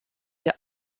the